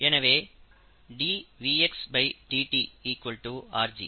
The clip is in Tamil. எனவே ddt rg